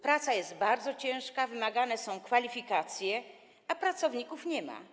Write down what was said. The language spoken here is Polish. Praca jest bardzo ciężka, wymagane są kwalifikacje, a pracowników nie ma.